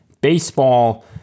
Baseball